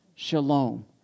Shalom